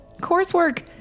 coursework